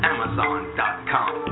Amazon.com